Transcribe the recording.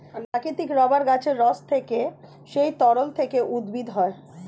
প্রাকৃতিক রাবার গাছের রস সেই তরল থেকে উদ্ভূত হয়